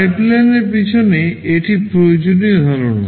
পাইপলাইনের পিছনে এটি প্রয়োজনীয় ধারণা